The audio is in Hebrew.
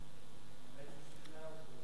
האמת שהוא שכנע אותי.